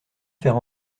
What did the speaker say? faire